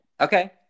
Okay